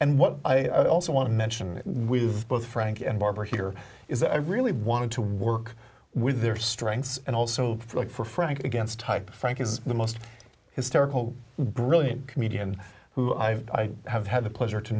and what i also want to mention with both frank and barber here is that i really wanted to work with their strengths and also look for frank against type frank is the most hysterical brilliant comedian who i have had the pleasure to